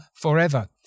forever